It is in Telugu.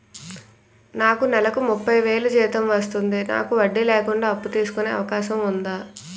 నాకు నేలకు ముప్పై వేలు జీతం వస్తుంది నాకు వడ్డీ లేకుండా అప్పు తీసుకునే అవకాశం ఉందా